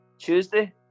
Tuesday